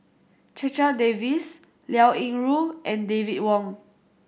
Checha Davies Liao Yingru and David Wong